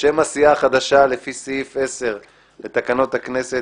שם הסיעה החדשה לפי סעיף 10 לתקנון הכנסת,